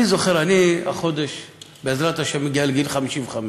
אני החודש בעזרת השם מגיע לגיל 55,